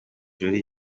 jolly